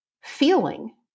feeling